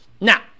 Now